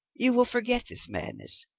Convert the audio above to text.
you will forget this madness.